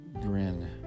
grin